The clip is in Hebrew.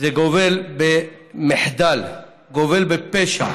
זה גובל במחדל, גובל בפשע.